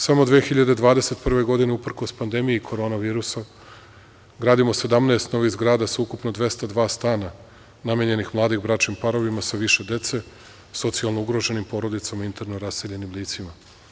Samo 2021. godine, uprkos pandemiji korona virusa, gradimo 17 novih zgrada sa ukupno 202 stana namenjenih mladim bračnim parovima sa više dece, socijalno ugroženim porodicama i interno raseljenim licima.